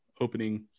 opening